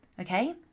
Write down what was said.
Okay